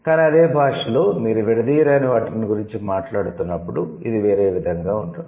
కానీ అదే భాషలో మీరు విడదీయరాని వాటిని గురించి మాట్లాడుతున్నప్పుడు ఇది వేరే విధంగా ఉంటుంది